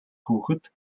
хүүхэд